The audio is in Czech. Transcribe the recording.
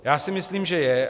Já si myslím, že je.